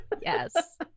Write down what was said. Yes